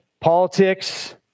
Politics